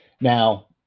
Now